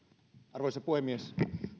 arvoisa puhemies